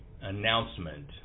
announcement